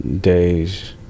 days